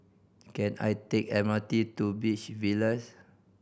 can I take M R T to Beach Villas